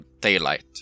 daylight